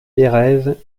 perez